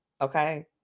Okay